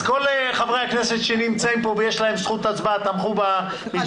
אז כל חברי הכנסת שנמצאים פה ויש להם זכות הצבעה תמכו במיזוג.